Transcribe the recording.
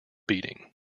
beating